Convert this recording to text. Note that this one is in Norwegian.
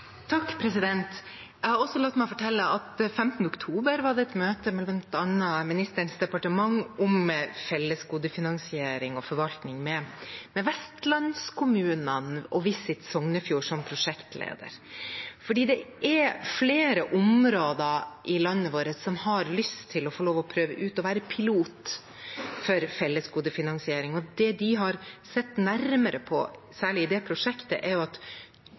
ministerens departement og vestlandskommunene og Visit Sognefjord som prosjektleder. Det er flere områder i landet vårt som har lyst til å få lov til å prøve ut å være pilot for fellesgodefinansiering. Det de har sett nærmere på, særlig i det prosjektet, er at